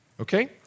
okay